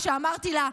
כשאמרתי לה,